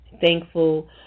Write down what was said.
thankful